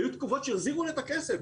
היו תקופות שהחזירו לה את הכסף.